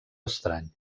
estrany